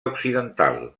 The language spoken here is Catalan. occidental